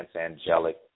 angelic